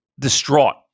distraught